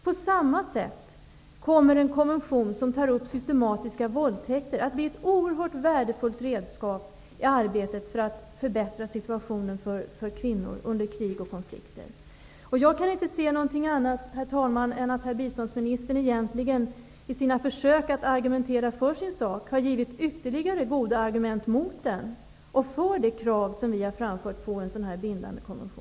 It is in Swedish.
På samma sätt kommer en konvention som tar upp systematiska våldtäkter att bli ett oerhört värdefullt redskap i arbetet för att förbättra situationen för kvinnor under krig och konflikter. Jag kan inte se någonting annat, herr talman, än att herr biståndsministern i sina försök att argumentera för sin sak egentligen har givit ytterligare goda argument mot den och för de krav som vi har framfört på en sådan här bindande konvention.